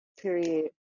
period